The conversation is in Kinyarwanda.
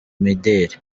mideli